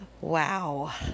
Wow